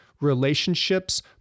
relationships